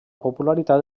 popularitat